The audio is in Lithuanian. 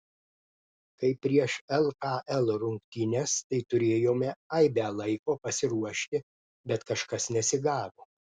kaip prieš lkl rungtynes tai turėjome aibę laiko pasiruošti bet kažkas nesigavo